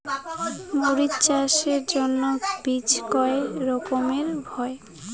মরিচ চাষের জন্য বীজ কয় রকমের হয়?